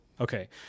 Okay